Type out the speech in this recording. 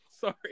sorry